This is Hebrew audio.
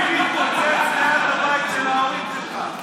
טיל התפוצץ ליד הבית של ההורים שלך,